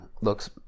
looks